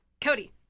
Cody